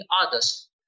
others